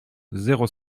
zéro